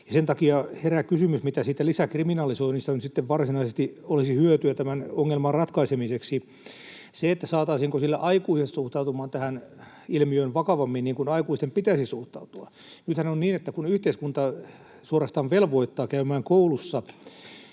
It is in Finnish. Sen takia herää kysymys, mitä hyötyä siitä lisäkriminalisoinnista nyt sitten varsinaisesti olisi tämän ongelman ratkaisemiseksi. Saataisiinko sillä aikuiset suhtautumaan tähän ilmiöön vakavammin, niin kuin aikuisten pitäisi suhtautua? Nythän on niin, että kun yhteiskunta suorastaan velvoittaa käymään koulussa